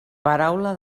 paraula